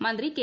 മന്ത്രി കെ